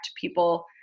people